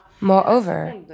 Moreover